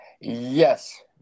Yes